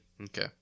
Okay